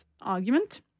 argument